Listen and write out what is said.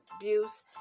abuse